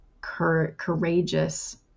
courageous